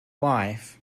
wife